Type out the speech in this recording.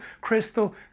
crystal